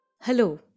Hello